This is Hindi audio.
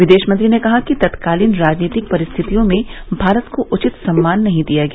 विदेश मंत्री ने कहा कि तत्कालीन राजनीति परिस्थितियों में भारत को उचित सम्मान नहीं दिया गया